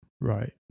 right